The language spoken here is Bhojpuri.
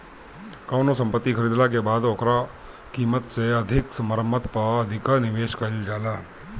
कवनो संपत्ति खरीदाला के बाद ओकरी कीमत से अधिका मरम्मत पअ अधिका निवेश कईल जाला